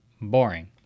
Boring